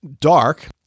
Dark